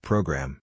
Program